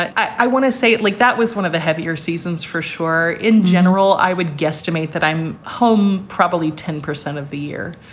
i want to say it like that was one of the heavier seasons for sure. in general, i would guesstimate that i'm home probably ten percent of the year.